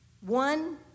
One